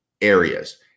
areas